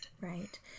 Right